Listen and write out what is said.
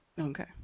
Okay